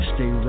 Stay